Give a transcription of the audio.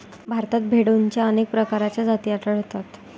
भारतात भेडोंच्या अनेक प्रकारच्या जाती आढळतात